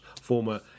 former